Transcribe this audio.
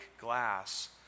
glass